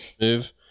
move